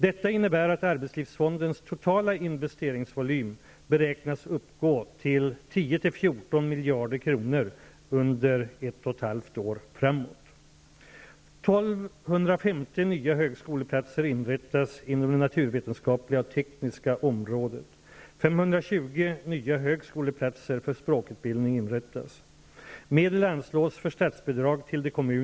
Detta innebär att arbetslivsfondens totala investeringsvolym beräknas uppgå till 10--14 miljarder kronor under ett och ett halvt år framåt.